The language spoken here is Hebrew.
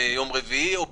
בכל מקרה, אדוני היושב-ראש,